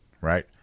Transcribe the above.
right